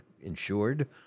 insured